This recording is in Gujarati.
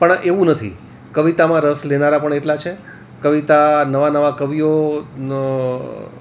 પણ એવું નથી કવિતામાં રસ લેનારા પણ એટલા છે કવિતા નવા નવા કવિઓનો